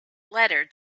letter